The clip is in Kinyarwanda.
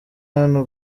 hano